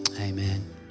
Amen